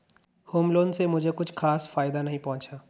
home loan से मुझे कुछ खास फायदा नहीं पहुंचा